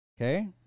Okay